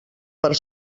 per